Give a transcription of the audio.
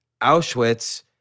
Auschwitz